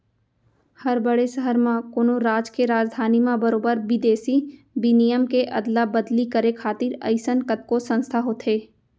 हर बड़े सहर म, कोनो राज के राजधानी म बरोबर बिदेसी बिनिमय के अदला बदली करे खातिर अइसन कतको संस्था होथे